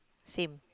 same